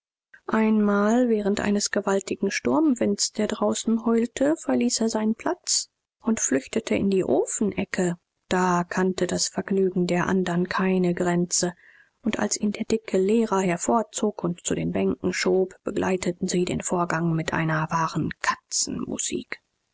einmal während eines gewaltigen sturmwinds der draußen heulte verließ er seinen platz und flüchtete in die ofenecke da kannte das vergnügen der andern keine grenze und als ihn der dicke lehrer hervorzog und zu den bänken schob begleiteten sie den vorgang mit einer wahren